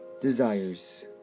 desires